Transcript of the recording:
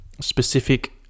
specific